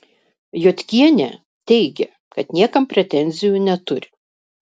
jodkienė teigė kad niekam pretenzijų neturi